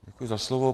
Děkuji za slovo.